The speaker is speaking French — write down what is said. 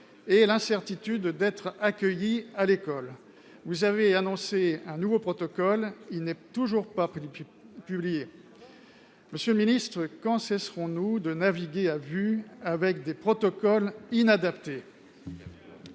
de l'incertitude d'être accueilli à l'école. Vous avez annoncé un nouveau protocole, mais il n'est toujours pas publié ! Aussi, monsieur le ministre, quand cesserons-nous de naviguer à vue, avec des protocoles inadaptés ?